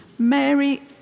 Mary